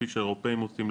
כפי שהאירופאים עושים,